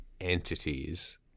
entities